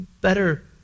better